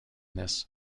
this